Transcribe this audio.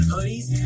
Hoodies